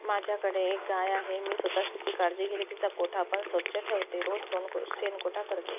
माझ्याकडे एक गाय आहे मी स्वतःच तिची काळजी घेते तिचा गोठा पण स्वच्छ ठेवते रोज सोनक शेण गोठा करते